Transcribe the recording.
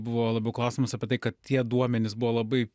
buvo labiau klausimas apie tai kad tie duomenys buvo labai